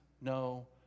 no